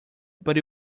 but